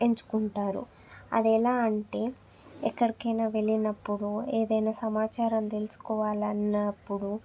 ఎంచుకుంటారు అది ఎలా అంటే ఎక్కడికైనా వెళ్ళినప్పుడు ఏదైనా సమాచారం తెలుసుకోవాలి అన్నప్పుడు